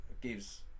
gives